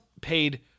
paid